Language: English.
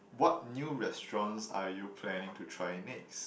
what new restaurants are you planning to try next